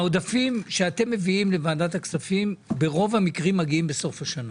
העודפים שאתם מביאים לוועדת הכספים ברוב המקרים מגיעים בסוף השנה,